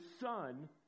Son